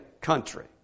country